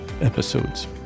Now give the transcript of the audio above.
episodes